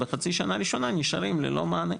בחצי השנה הראשונה הם נשארים ללא מענה.